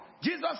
Jesus